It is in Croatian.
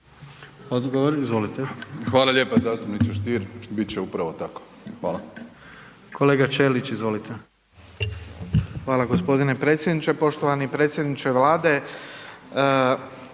Hvala g. predsjedniče, poštovani predsjedniče Vlade,